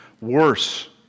worse